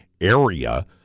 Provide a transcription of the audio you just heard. area